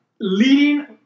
leading